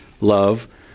love